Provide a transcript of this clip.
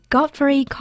Godfrey